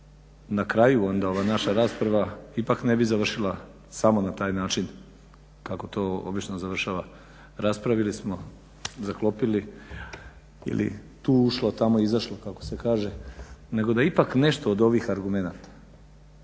na kraju onda ova naša rasprava ipak ne bi završila samo na taj način kako to obično završava. Raspravili smo, zaklopili ili tu ušlo, tamo izašlo, nego da ipak nešto od ovih argumenata